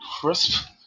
crisp